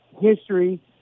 history